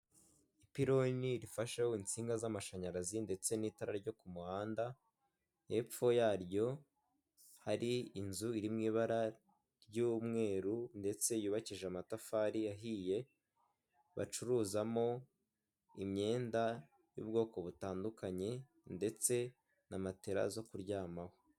Ipironi rifashe insinga z'amashanyarazi ndetse n'itara ryo ku muhanda, hepfo yaryo hari inzu iri mu ibara ry'umweru ndetse yubakije amatafari yahiye, bacuruzamo imyenda y'ubwoko butandukanye ndetse na matera zo kuryamaho.